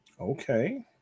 Okay